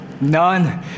None